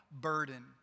burden